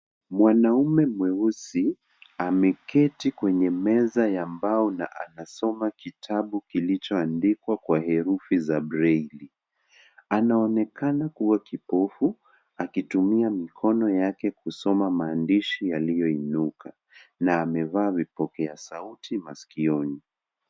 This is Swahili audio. Mwanaume mweusi ameketi kwenye meza ya mbao na anasoma kitabu kilichoandikwa kwa herufi za braille . Anaonekana kuwa kipofu akitumia mikono yake kusoma maandishi yaliyoinuka na amevaa vipokea sauti masikioni.